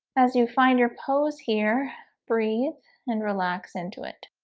as you find your pose here breathe and relax into it